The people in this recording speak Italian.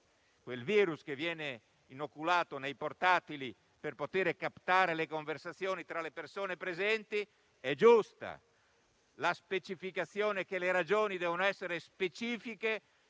virus che viene inoculato nei portatili per poter captare le conversazioni tra le persone presenti. Ripeto, è giusto prevedere che le ragioni debbano essere specifiche.